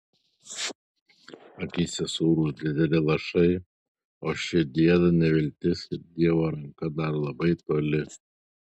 akyse sūrūs dideli lašai o širdį ėda neviltis ir dievo ranka dar labai toli